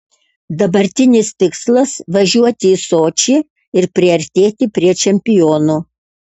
dabartinis tikslas važiuoti į sočį ir priartėti prie čempionų